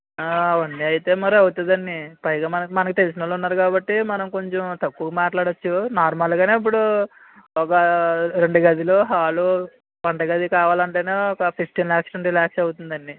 one day అయితే మరి అవుతదండి పైగా మనకి మనకి తెలిసిన వాళ్ళు ఉన్నారు కాబట్టి మనం కొంచెం తక్కువకి మాట్లాడొచ్చు నార్మల్గానే ఇప్పుడు ఒక రెండు గదులు హాలు వంటగది కావాలంటేనే ఒక ఫిఫ్టీన్ లాక్స్ ట్వెంటీ లాఖ్స్ అవుతుందండి